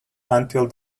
until